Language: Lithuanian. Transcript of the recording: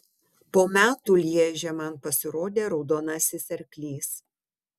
po metų lježe man pasirodė raudonasis arklys